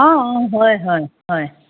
অঁ অঁ হয় হয় হয়